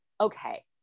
okay